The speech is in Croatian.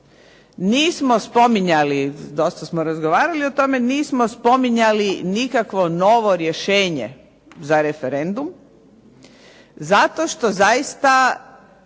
nismo spominjali, dosta smo razgovarali o tome, nismo spominjali nikakvo novo rješenje za referendum, zato što zaista,